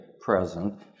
present